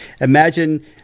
imagine